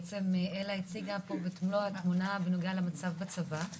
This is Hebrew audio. למעשה אלה הציגה פה את מלוא התמונה בנוגע למצב בצבא.